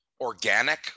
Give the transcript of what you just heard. Organic